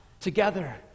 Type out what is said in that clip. together